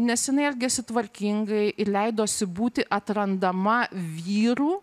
nes jinai elgėsi tvarkingai ir leidosi būti atrandama vyrų